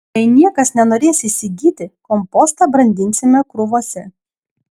jei niekas nenorės įsigyti kompostą brandinsime krūvose